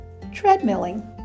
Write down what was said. treadmilling